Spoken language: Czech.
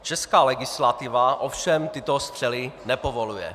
Česká legislativa ovšem tyto střely nepovoluje.